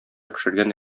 пешергән